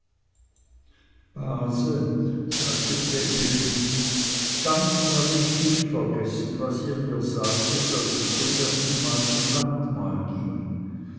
base sagte vreneli ganz habe ich nicht vergessen was ihr mir sagtet als ich zum erstenmal zum nachtmahl ging